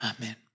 Amen